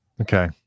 okay